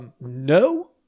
No